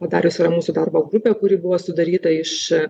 padariusi yra mūsų darbo grupė kuri buvo sudaryta iš